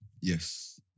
Yes